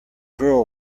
girl